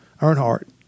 Earnhardt